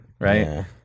right